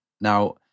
Now